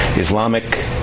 islamic